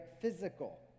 physical